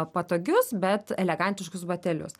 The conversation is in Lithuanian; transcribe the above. patogius bet elegantiškus batelius